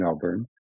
Melbourne